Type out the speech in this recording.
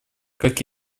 как